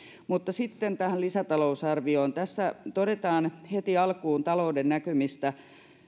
mutta sitten tähän lisätalousarvioon tässä todetaan heti alkuun talouden näkymistä